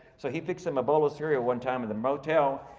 so he fixed him a bowl of cereal one time in the motel.